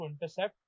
intercept